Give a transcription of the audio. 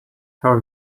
her